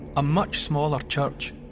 a much smaller church.